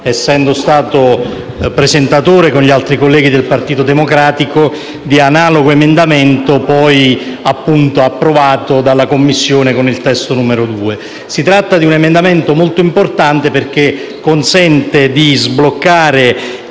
essendo stato presentatore con gli altri colleghi del Partito Democratico di analogo emendamento, poi approvato dalla Commissione con un testo 2. Si tratta di un emendamento molto importante perché consente di evitare